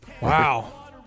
Wow